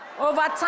overtime